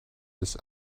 this